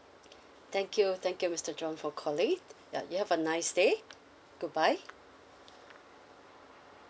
thank you thank you mister john for calling you have a nice day goodbye